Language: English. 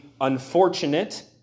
unfortunate